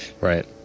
Right